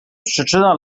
przyczyna